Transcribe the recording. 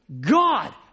God